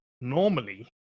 normally